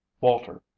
walter